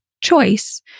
choice